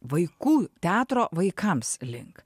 vaikų teatro vaikams link